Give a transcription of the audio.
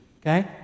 okay